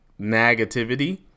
Negativity